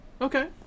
Okay